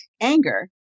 anger